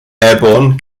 airborne